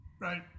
right